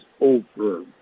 over